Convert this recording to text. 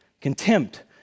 contempt